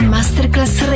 Masterclass